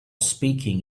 speaking